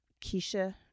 keisha